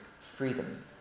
freedom